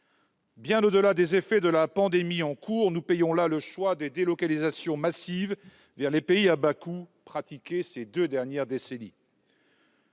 Bien au-delà des effets de la pandémie en cours, nous payons là le choix des délocalisations massives vers les pays à bas coûts pratiquées ces deux dernières décennies.